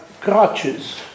crutches